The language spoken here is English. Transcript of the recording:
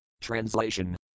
Translation